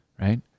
right